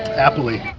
appley.